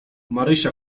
marysia